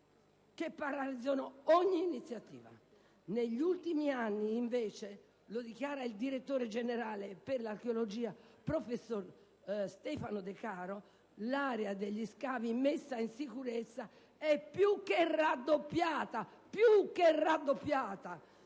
che paralizzano ogni iniziativa. Negli ultimi anni invece - lo dichiara il direttore generale per l'archeologia, professor Stefano De Caro - l'area degli scavi, messa in sicurezza, è più che raddoppiata nell'ambito